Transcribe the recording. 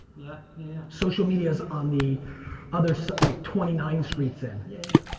yeah, yeah. social media is on the other side, like twenty nine streets in. yeah, yeah.